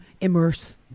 immerse